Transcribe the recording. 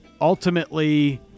ultimately